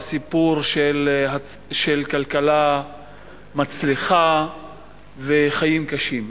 בסיפור של כלכלה מצליחה וחיים קשים.